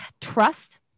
trust